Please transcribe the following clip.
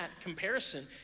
comparison